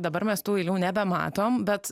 dabar mes tų eilių nebematom bet